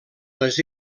les